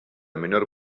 menor